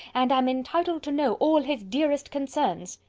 and am entitled to know all his dearest concerns.